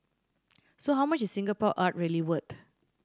so how much is Singapore art really worth